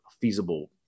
feasible